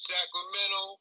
Sacramento